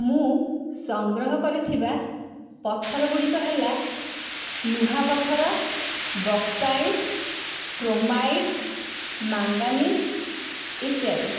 ମୁଁ ସଂଗ୍ରହ କରିଥିବା ପଥର ଗୁଡ଼ିକ ହେଲା ଲୁହା ପଥର ବକ୍ସାଇଟ୍ କ୍ରୋମାଇଟ୍ ମାଙ୍ଗାନିଜ୍ ଇତ୍ୟାଦି